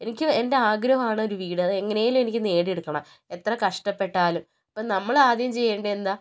എനിക്ക് എൻ്റെ ആഗ്രഹം ആണ് ഒരു വീട് അത് എങ്ങനെയെങ്കിലും എനിക്ക് നേടിയെടുക്കണം എത്ര കഷ്ടപ്പെട്ടാലും അപ്പം നമ്മൾ ആദ്യം ചെയ്യേണ്ടത് എന്താണ്